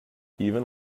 even